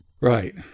Right